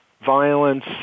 violence